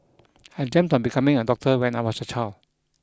I dreamt of becoming a doctor when I was a child